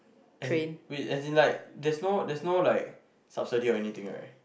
as in wait as in like there's no there's no like subsidy or anything right